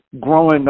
growing